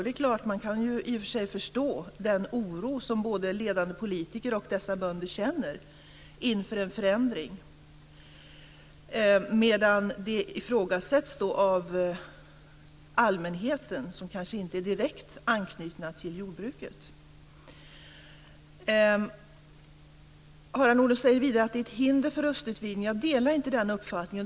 Det är klart att man i och för sig kan förstå den oro som både ledande politiker och dessa bönder känner inför en förändring. Men det ifrågasätts av allmänheten, som kanske inte direkt är anknuten till jordbruket. Harald Nordlund säger vidare att det här är ett hinder för östutvidgningen. Jag delar inte den uppfattningen.